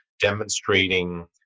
demonstrating